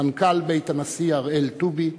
מנכ"ל בית הנשיא הראל טובי,